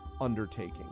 undertaking